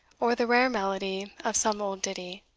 or the rare melody of some old ditty,